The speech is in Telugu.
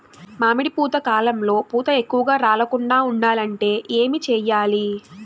మామిడి పూత కాలంలో పూత ఎక్కువగా రాలకుండా ఉండాలంటే ఏమి చెయ్యాలి?